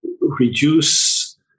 reduce